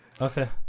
Okay